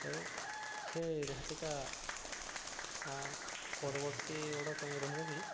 ଏବଂ ସେ ରିହାତିଟା ପରବର୍ତ୍ତୀ ଅର୍ଡର ପାଇଁ ରହିବ କି